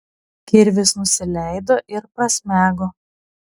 kirvis nusileido ir prasmego